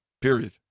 Period